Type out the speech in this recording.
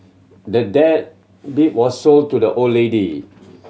the dad deed was sold to the old lady